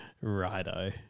Righto